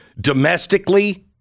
domestically